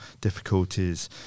difficulties